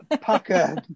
pucker